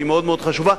שהיא מאוד מאוד חשובה,